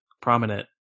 prominent